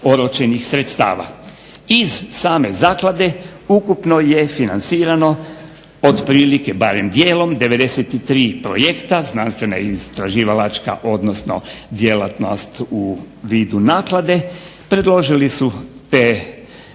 Iz same zaklade ukupno je financirano otprilike barem dijelom 93 projekta znanstvena i istraživalačka, odnosno djelatnost u vidu naklade, predložili su te projekte